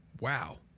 wow